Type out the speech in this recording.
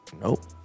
Nope